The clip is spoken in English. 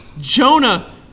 Jonah